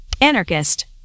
anarchist